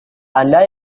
ada